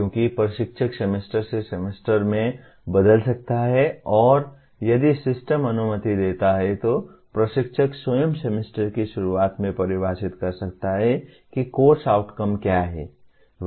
क्योंकि प्रशिक्षक सेमेस्टर से सेमेस्टर में बदल सकता है और यदि सिस्टम अनुमति देता है तो प्रशिक्षक स्वयं सेमेस्टर की शुरुआत में परिभाषित कर सकता है कि कोर्स आउटकम क्या हैं